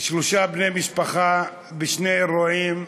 שלושה בני משפחה בשני אירועים,